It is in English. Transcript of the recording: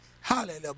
Hallelujah